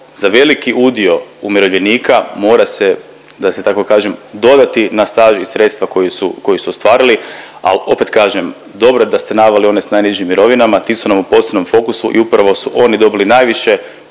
za veliki udio umirovljenika mora se, da se tako kažem, dodati na staž i sredstva koji su, koji su ostvarili, al opet kažem dobro je da ste naveli one s najnižim mirovinama, ti su nam u posebnom fokusu i upravo su oni dobili najviše